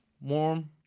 warm